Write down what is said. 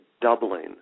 doubling